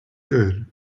good